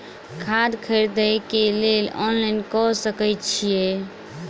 खाद खरीदे केँ लेल ऑनलाइन कऽ सकय छीयै?